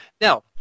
now